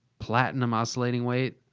platinum oscillating weight.